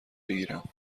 بگیرم